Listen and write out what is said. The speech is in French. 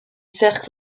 cercles